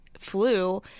flu